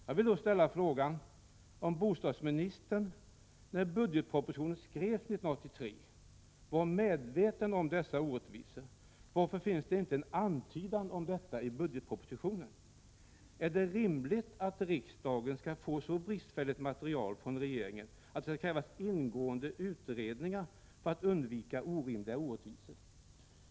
Jag vill då ställa frågan: Om bostadsministern när budgetpropositionen 1983 skrevs var medveten om dessa orättvisor, varför finns det inte en antydan om detta i budgetpropositionen? Är det rimligt att riksdagen skall få så bristfälligt material från regeringen att det skall krävas ingående uredningar för att undvika orimliga orättvisor?